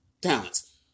talents